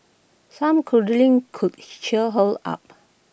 some cuddling could cheer her up